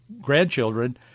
grandchildren